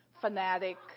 fanatic